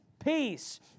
Peace